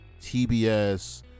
TBS